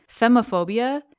femophobia